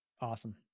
awesome